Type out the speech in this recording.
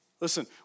listen